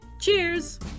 Cheers